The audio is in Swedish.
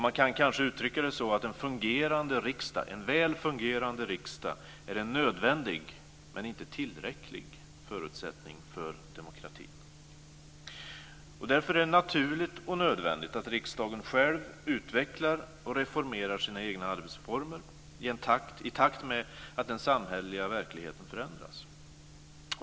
Man kan kanske uttrycka det så att en väl fungerande riksdag är en nödvändig men inte tillräcklig förutsättning för demokratin. Därför är det naturligt och nödvändigt att riksdagen själv utvecklar och reformerar sina egna arbetsformer i takt med att den samhälleliga verkligheten förändras.